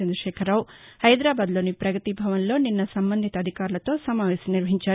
చంద్రకేఖరావు హైదరాబాద్లోని ప్రగతి భవన్లో నిన్న సంబంధిత అధికారులతో సమావేశం నిర్వహించారు